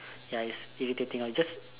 ya is irritating I'll just